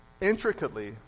intricately